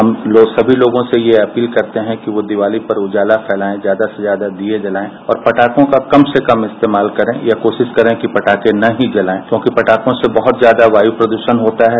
हम सभी लोगों को ये अपील करते हैं कि वे दीवाली पर उजाला फैलायें और ज्यादा ज्यादा से दीये जलायें और पटाखों का कम से कम इस्तेमाल करे या कोशिश करें की पटाखें न ही जलाये क्योंकि पटाखों से बहुत ही ज्यादा वायु प्रदूषण होता है